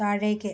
താഴേക്ക്